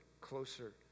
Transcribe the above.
closer